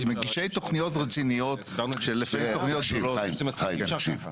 מגישי תוכניות רציניות --- חיים, תקשיב.